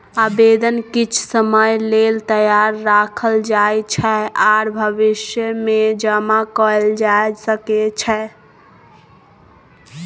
आबेदन किछ समय लेल तैयार राखल जाइ छै आर भविष्यमे जमा कएल जा सकै छै